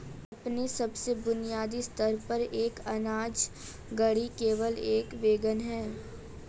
अपने सबसे बुनियादी स्तर पर, एक अनाज गाड़ी केवल एक वैगन है